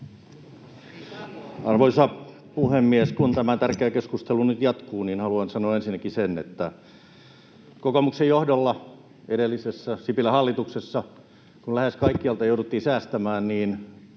Arvoisa puhemies! Kun tämä tärkeä keskustelu nyt jatkuu, niin haluan sanoa ensinnäkin sen, että kokoomuksen johdolla edellisessä, Sipilän hallituksessa, kun lähes kaikkialta jouduttiin säästämään, oli